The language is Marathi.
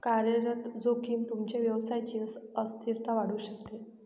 कार्यरत जोखीम तुमच्या व्यवसायची अस्थिरता वाढवू शकते